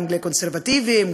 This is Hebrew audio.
גם לקונסרבטיבים,